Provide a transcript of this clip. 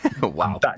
Wow